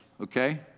okay